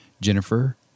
Jennifer